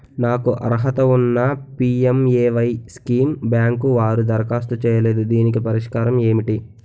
నాకు అర్హత ఉన్నా పి.ఎం.ఎ.వై స్కీమ్ బ్యాంకు వారు దరఖాస్తు చేయలేదు దీనికి పరిష్కారం ఏమిటి?